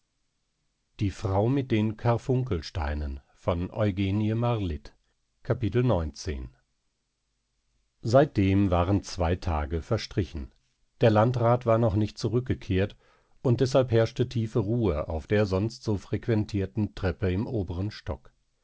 seitdem waren zwei tage verstrichen der landrat war noch nicht zurückgekehrt und deshalb herrschte tiefe ruhe auf der sonst so frequentierten treppe und im oberen stock